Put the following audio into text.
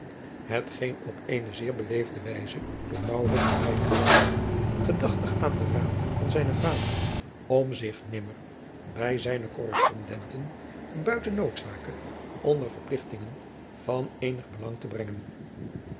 op eene zeer beleefde wijze door maurits geweigerd werd gedachtig aan den raad van zijnen vader om zich nimmer bij zijne korrespondenten buiten noodzake onder verpligtingen van eenig belang te brengen